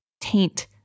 taint